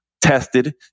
tested